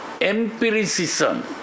empiricism